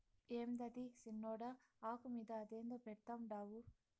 యాందది సిన్నోడా, ఆకు మీద అదేందో పెడ్తండావు